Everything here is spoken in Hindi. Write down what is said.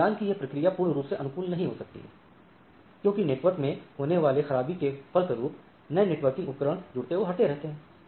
परंतु मिलान की यह प्रक्रिया पूर्ण रूप से अनुकूल नहीं हो सकती है क्योंकि नेटवर्क में होने वाले खराबी के फल स्वरुप नए नेटवर्किंग उपकरण जुड़ते एवं हटते रहते हैं